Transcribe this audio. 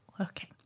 Okay